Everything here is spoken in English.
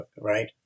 Right